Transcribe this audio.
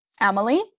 Emily